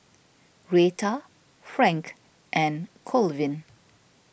Rheta Frank and Colvin